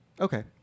Okay